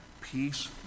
peace